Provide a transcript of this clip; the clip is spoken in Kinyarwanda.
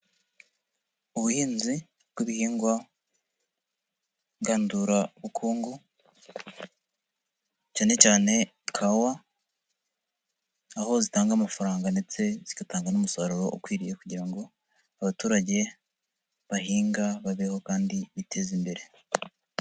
Ubuhinzi bw'ibihingwa ngandurabukungu cyane cyane kawa aho zitanga amafaranga ndetse zigatanga n'umusaruro ukwiriye kugira ngo abaturage bahinga babeho kandi biteze imbere.